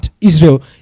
Israel